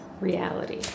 reality